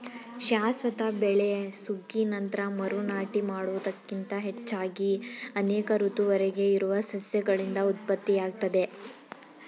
ಶಾಶ್ವತ ಬೆಳೆ ಸುಗ್ಗಿ ನಂತ್ರ ಮರು ನಾಟಿ ಮಾಡುವುದಕ್ಕಿಂತ ಹೆಚ್ಚಾಗಿ ಅನೇಕ ಋತುವರೆಗೆ ಇರುವ ಸಸ್ಯಗಳಿಂದ ಉತ್ಪತ್ತಿಯಾಗ್ತದೆ